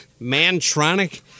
Mantronic